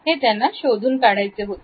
हे त्यांना शोधून काढायचे होते